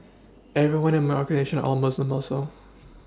everyone in my organisation are all Muslim also